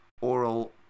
Oral